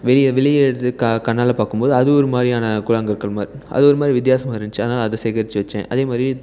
வெய வெளியே எடு க கண்ணால் பார்க்கும்போது அது ஒருமாதிரியான கூழாங்கற்கள் மா அது ஒருமாதிரி வித்தியாசமா இருந்துச்சி அதனால அதை சேகரித்து வைச்சேன் அதேமாதிரி